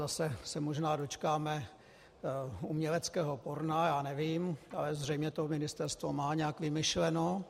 Zase se možná dočkáme uměleckého porna, já nevím, ale zřejmě to ministerstvo má nějak vymyšleno.